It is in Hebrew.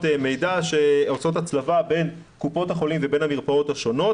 מידע שעושות הצלבה בין קופות החולים ובין המרפאות השונות,